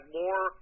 more